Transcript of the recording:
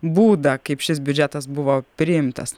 būdą kaip šis biudžetas buvo priimtas